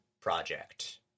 project